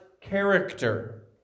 character